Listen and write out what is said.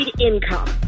income